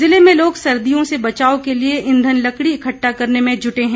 जिले में लोग सर्दियों से बचाव के लिए ईंधन लकड़ी इकट्ठा करने में जुटे हैं